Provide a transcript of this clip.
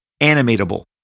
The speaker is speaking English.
animatable